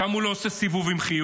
שם הוא לא עושה סיבוב עם חיוך.